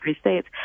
states